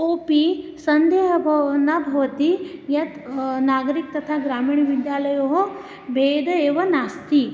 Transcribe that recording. कोपि सन्देहः ब न भवति यत् नागरिकः तथा ग्रामीणविद्यालये भेदः एव नास्ति